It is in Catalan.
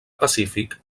pacífic